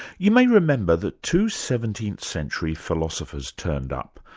you may remember that two seventeenth-century philosophers turned up.